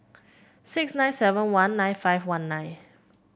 six nine seven one nine five one nine